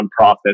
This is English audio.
nonprofit